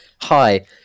Hi